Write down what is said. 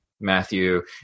matthew